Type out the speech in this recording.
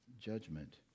judgment